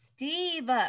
Steve